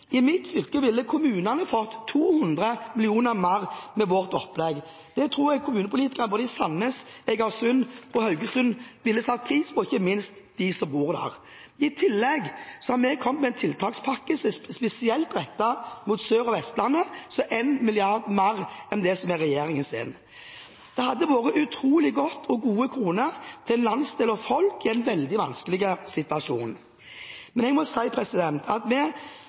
Det tror jeg kommunepolitikerne i både Sandnes, Egersund og Haugesund ville satt pris på, ikke minst de som bor der. I tillegg har vi kommet med en tiltakspakke som er spesielt rettet inn mot Sør- og Vestlandet, som er på 1 mrd. kr mer enn regjeringens. Det hadde vært utrolig godt, gode kroner, for en landsdel og folk i en veldig vanskelig situasjon. Men jeg må si at vi